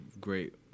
great